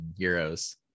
euros